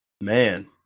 Man